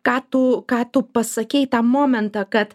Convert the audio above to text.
ką tu ką tu pasakei tą momentą kad